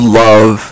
love